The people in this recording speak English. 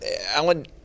Alan